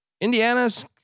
Indiana's